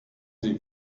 sie